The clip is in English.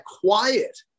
quiet